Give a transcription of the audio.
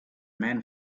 men